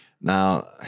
Now